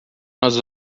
nós